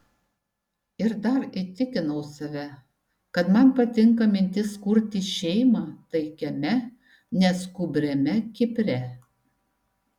ir dar įtikinau save kad man patinka mintis kurti šeimą taikiame neskubriame kipre